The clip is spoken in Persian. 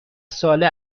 ساله